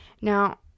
Now